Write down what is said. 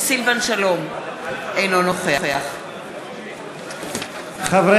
הכנסת שלא ענו לך בסיבוב הראשון של ההצבעה.